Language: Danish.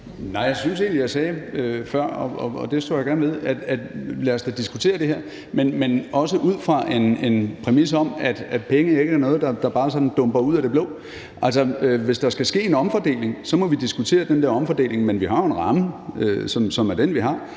Nej – jeg synes egentlig, jeg sagde før, og det står jeg gerne ved, at lad os da diskutere det her, men også ud fra en præmis om, at penge ikke er noget, der bare sådan dumper ned ud af det blå. Altså, hvis der skal ske en omfordeling, må vi diskutere den der omfordeling, men vi har jo en ramme, som er den, vi har.